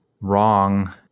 wrong